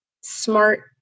smart